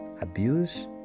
abuse